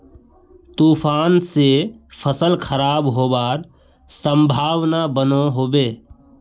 तूफान से फसल खराब होबार संभावना बनो होबे?